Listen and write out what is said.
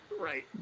Right